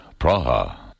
Praha